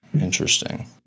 Interesting